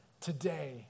today